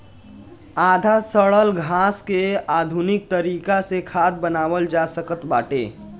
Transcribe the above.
आधा सड़ल घास के आधुनिक तरीका से खाद बनावल जा सकत बाटे